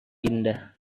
indah